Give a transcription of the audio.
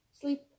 sleep